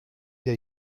der